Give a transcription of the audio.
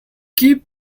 keep